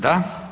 Da.